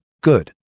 good